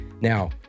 now